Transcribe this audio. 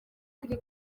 kuri